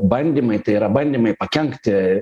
bandymai tai yra bandymai pakenkti